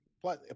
plus